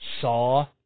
saw